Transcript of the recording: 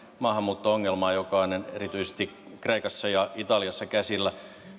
maahanmuutto ongelmaan joka on erityisesti kreikassa ja italiassa käsillä